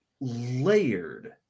layered